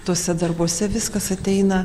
tuose darbuose viskas ateina